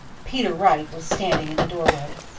peter wright was standing in the doorway.